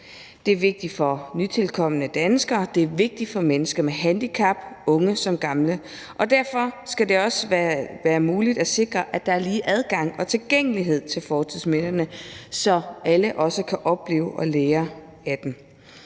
Det er vigtigt for nytilkomne danskere; det er vigtigt for mennesker med handicap, unge som gamle. Derfor skal det også være muligt at sikre, at der er lige adgang og tilgængelighed til fortidsminderne, så alle kan opleve dem og lære af dem.